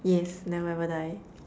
yes never ever die